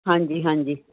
ਹਾਂਜੀ ਹਾਂਜੀ